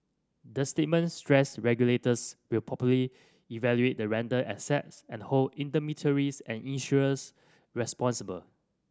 the statement stressed regulators will properly evaluate the rental assets and hold intermediaries and issuers responsible